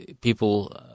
people